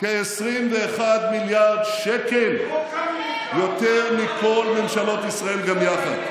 כ-21 מיליארד שקל, יותר מכל ממשלות ישראל גם יחד.